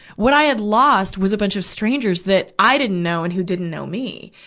what i had lost was a bunch of strangers that i didn't know and who didn't know me.